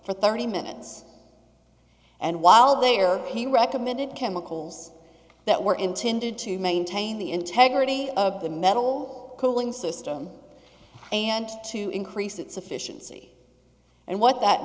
for thirty minutes and while there he recommended chemicals that were intended to maintain the integrity of the metal cooling system and to increase its efficiency and what that